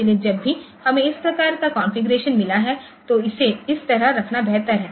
इसलिए जब भी हमें इस प्रकार का कॉन्फ़िगरेशन मिला है तो इसे इस तरह रखना बेहतर है